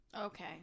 Okay